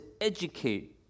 educate